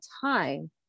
time